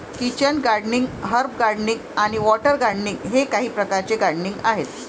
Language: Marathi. किचन गार्डनिंग, हर्ब गार्डनिंग आणि वॉटर गार्डनिंग हे काही प्रकारचे गार्डनिंग आहेत